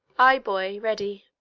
ay, boy, ready.